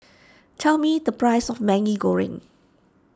tell me the price of Maggi Goreng